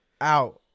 out